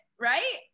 right